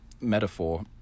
metaphor